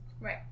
Right